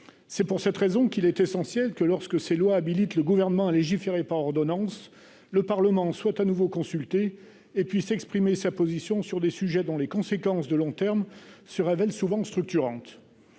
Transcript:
c'est pour cette raison qu'il est essentiel que lorsque ces loi habilite le gouvernement à légiférer par ordonnance le Parlement soit à nouveau consulté et puis s'exprimer sa position sur des sujets dont les conséquences de long terme se révèle souvent structurante